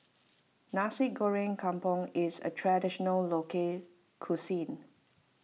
Nasi Goreng Kampung is a Traditional Local Cuisine